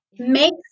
Make